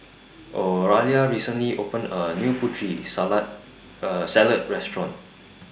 Oralia recently opened A New Putri Salad Restaurant